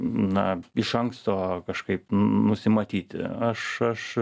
na iš anksto kažkaip nusimatyti aš aš